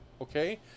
okay